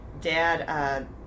dad